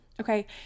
okay